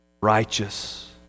righteous